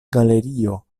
galerio